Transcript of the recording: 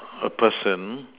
a person